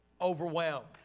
Overwhelmed